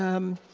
um,